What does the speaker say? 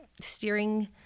steering